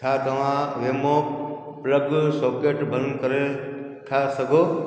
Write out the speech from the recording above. छा तव्हां वेमो प्लग सॉकेट बंदि करे था सघो